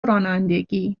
رانندگی